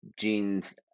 genes